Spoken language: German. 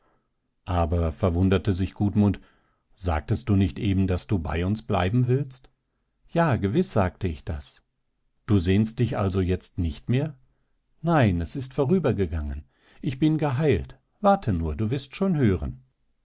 aber verwunderte sich gudmund sagtest du nicht eben daß du bei uns bleiben willst ja gewiß sagte ich das du sehnst dich also jetzt nicht mehr nein es ist vorübergegangen ich bin geheilt warte nur du wirst schon hören